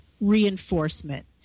reinforcement